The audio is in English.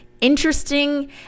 interesting